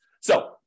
So-